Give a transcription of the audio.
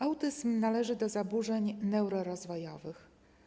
Autyzm należy do zaburzeń neurorozwojowych.